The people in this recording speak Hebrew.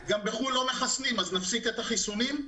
גם לא מחסנים, אז נפסיק את החיסונים?